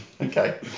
Okay